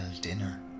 dinner